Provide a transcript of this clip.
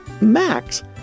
Max